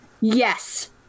Yes